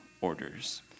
orders